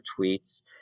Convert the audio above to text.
tweets